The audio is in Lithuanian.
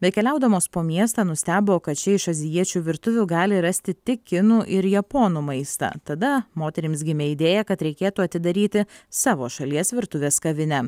bekeliaudamos po miestą nustebo kad ši iš azijiečių virtuvių gali rasti tik kinų ir japonų maistą tada moterims gimė idėja kad reikėtų atidaryti savo šalies virtuvės kavinę